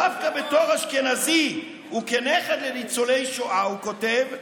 דווקא בתור אשכנזי וכנכד לניצולי שואה, הוא כותב,